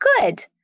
good